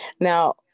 Now